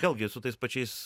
vėlgi su tais pačiais